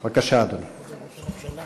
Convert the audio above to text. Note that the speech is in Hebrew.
בבקשה, אדוני הנשיא.